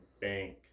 bank